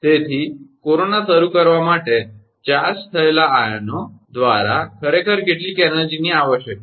તેથી કોરોના શરૂ કરવા માટે ચાર્જ થયેલા આયનો દ્વારા ખરેખર કેટલીક એનર્જીની આવશ્યકતા છે